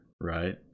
right